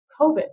COVID